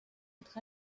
être